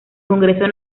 congreso